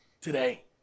today